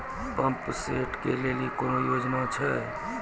Pump set केलेली कोनो योजना छ?